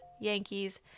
Yankees